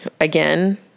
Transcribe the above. Again